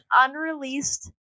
unreleased